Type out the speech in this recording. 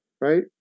right